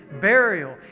burial